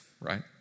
right